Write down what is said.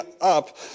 up